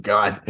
God